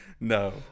No